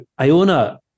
Iona